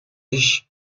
ich